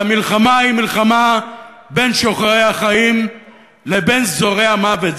והמלחמה היא מלחמה בין שוחרי החיים לבין זורעי המוות.